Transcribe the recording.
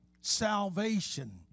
Salvation